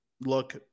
look